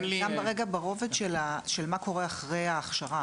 אין לי --- גם ברובד של מה קורה אחרי ההכשרה,